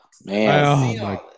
Man